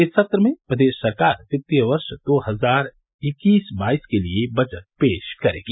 इस सत्र में प्रदेश सरकार वित्तीय वर्ष दो हजार इक्कीस बाईस के लिये बजट पेश करेगी